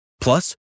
Plus